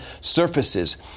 surfaces